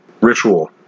ritual